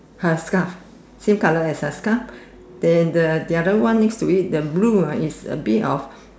her scarf same colour as her scarf then the the other one next to it the blue one is a bit of